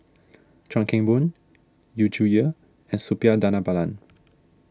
Chuan Keng Boon Yu Zhuye and Suppiah Dhanabalan